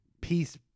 peace